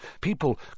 People